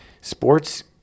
sports